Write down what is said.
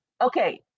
Okay